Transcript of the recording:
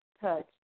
touch